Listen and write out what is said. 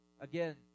Again